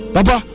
Baba